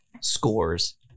scores